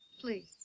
Please